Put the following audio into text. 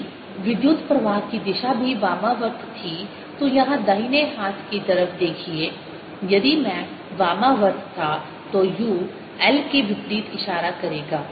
यदि विद्युत प्रवाह की दिशा भी वामावर्त थी तो यहां दाहिने हाथ की तरफ देखिए यदि मैं वामावर्त था तो u l के विपरीत इशारा करेगा